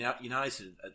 United